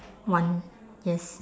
one yes